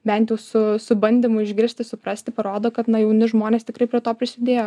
bent su bandymu išgirsti suprasti parodo kad jauni žmonės tikrai prie to prisidėjo